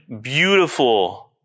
beautiful